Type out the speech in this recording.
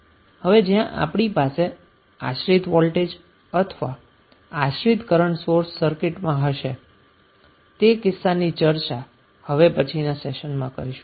હવે જ્યારે આપણી પાસે આશ્રિત વોલ્ટેજ અથવા આશ્રિત કરન્ટ સોર્સ સર્કિટમાં હશે તે કિસ્સાની ચર્ચા હવે પછીના સેશનમાં કરીશું